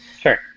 Sure